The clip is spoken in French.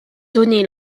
donné